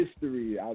history